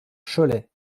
cholet